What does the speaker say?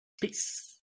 Peace